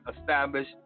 establish